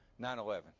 9-11